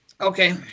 Okay